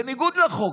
בניגוד לחוק,